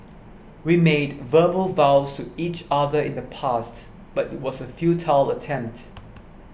we made verbal vows to each other in the past but it was a futile attempt